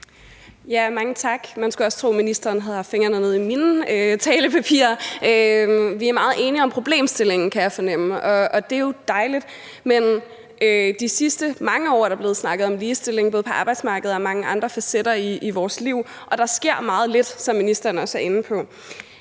Mange tak. Man skulle også tro, at ministeren havde haft fingrene nede i mine talepapirer. Vi er meget enige om problemstillingen, kan jeg fornemme, og det er jo dejligt, men de sidste mange år er der blevet snakket om ligestilling både på arbejdsmarkedet og i forhold til mange andre facetter af vores liv, og der sker meget lidt, som ministeren også er inde på.